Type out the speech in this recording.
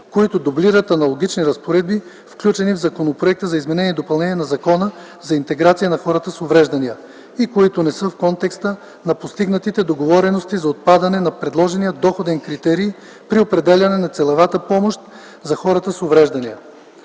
които дублират аналогични разпоредби, включени в Законопроекта за изменение и допълнение на Закона за интеграция на хората с увреждания и които не са в контекста на постигнатите договорености за отпадане на предложения доходен критерий при определяне на целевата помощ за хора с увреждания.